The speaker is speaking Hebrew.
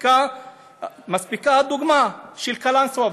מספיקה הדוגמה של קלנסואה,